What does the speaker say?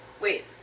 Wait